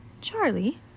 Charlie